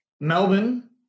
Melbourne